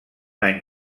any